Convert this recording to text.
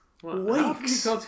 Weeks